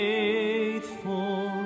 Faithful